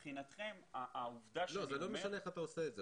מבחינתכם העובדה --- זה לא משנה איך אתה עושה את זה.